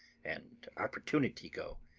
and opportunity go,